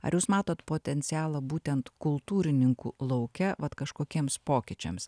ar jūs matot potencialą būtent kultūrininkų lauke vat kažkokiems pokyčiams